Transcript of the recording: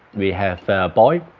we have a boy,